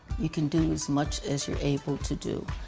you can do as much as you're able to do.